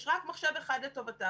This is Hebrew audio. יש רק מחשב אחד לטובתם.